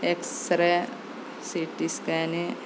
X ray C T scan